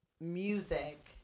music